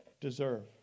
deserve